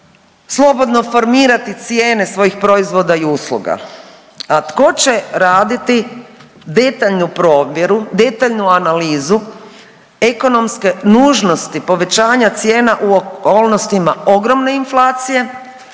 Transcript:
slobodno formirati cijene svojih proizvoda i usluga, a tko će raditi detaljnu provjeru, detaljnu analizu ekonomske nužnosti povećanja cijena u okolnostima ogromne inflacije,